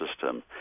system